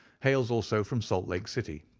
hails also from salt lake city.